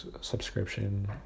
subscription